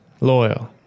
loyal